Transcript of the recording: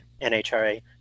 nhra